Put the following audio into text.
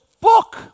book